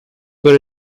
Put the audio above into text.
were